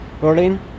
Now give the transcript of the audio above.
Berlin